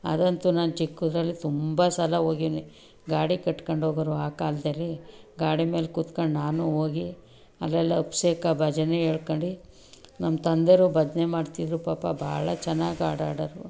ಅದಂತೂ ನಾನು ಚಿಕ್ಕದರಲ್ಲಿ ತುಂಬ ಸಲ ಹೋಗಿವ್ನಿ ಗಾಡಿ ಕಟ್ಕೊಂಡೋಗವ್ರು ಆ ಕಾಲದಲ್ಲಿ ಗಾಡಿ ಮೇಲೆ ಕೂತ್ಕೊಂಡು ನಾನು ಹೋಗಿ ಅದ್ರಲ್ಲಿ ಅಭಿಷೇಕ ಭಜನೆ ಹೇಳ್ಕೊಂಡು ನಮ್ಮ ತಂದೆಯವರು ಭಜನೆ ಮಾಡ್ತಿದ್ದರು ಪಾಪ ಭಾಳ ಚೆನ್ನಾಗಿ ಹಾಡು ಹಾಡೋವ್ರು